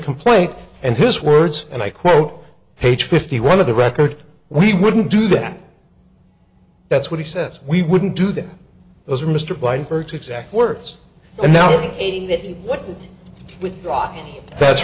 complaint and his words and i quote page fifty one of the record we wouldn't do that that's what he says we wouldn't do that those are mr blank or to exact words and nothing that what